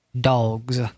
Dogs